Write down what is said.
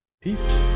Peace